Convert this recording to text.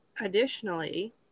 Additionally